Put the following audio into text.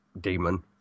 demon